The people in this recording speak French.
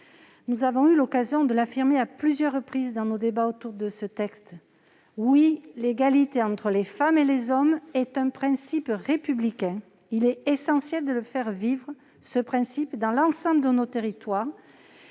Nous avons eu l'occasion de l'affirmer à plusieurs reprises au cours de nos débats sur ce texte : oui, l'égalité entre les femmes et les hommes est un principe républicain. Il est essentiel de le faire vivre dans l'ensemble de nos territoires